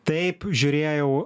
taip žiūrėjau